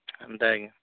ଏନ୍ତା କି